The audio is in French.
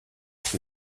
que